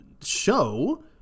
show